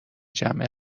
جمع